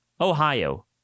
Ohio